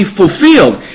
fulfilled